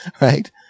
right